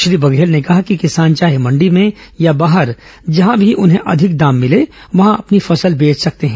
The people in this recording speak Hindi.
श्री बघेल के कहा कि किसान चाहे मण्डी में या बाहर जहाँ भी उन्हें अधिक दाम मिले वहां फसल बेच सकते हैं